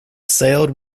sailed